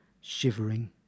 shivering